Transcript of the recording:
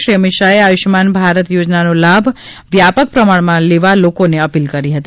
શ્રી અમિત શાહે આયુષમાન ભારત યોજનાનો લાભ વ્યાપાક પ્રમાણમાં લેવા લોકોને અપીલ કરી હતી